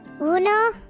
Uno